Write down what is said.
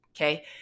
Okay